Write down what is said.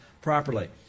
properly